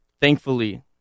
thankfully